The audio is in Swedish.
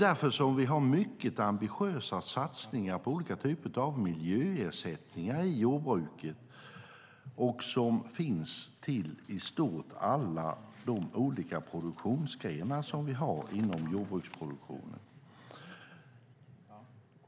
Därför har vi mycket ambitiösa satsningar på olika typer av miljöersättningar i jordbruket. De finns för i stort sett alla de produktionsgrenar som vi har inom jordbruket.